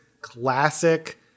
classic